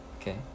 Okay